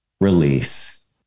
release